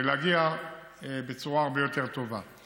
ולהגיע בצורה הרבה יותר טובה.